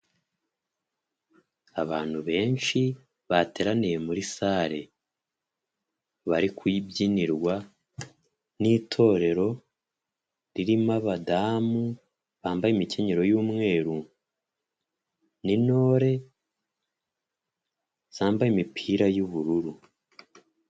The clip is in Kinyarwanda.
Abantu benshi bateraniye muri sare, bari kuyibyinirwa n'itorero ririmo abadamu bambaye imikenyerero y'umweru n'intore zambaye imipira y'ubururu.